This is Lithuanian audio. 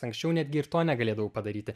anksčiau netgi ir to negalėdavau padaryti